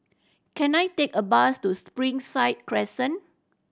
can I take a bus to Springside Crescent